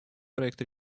проект